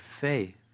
faith